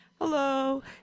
hello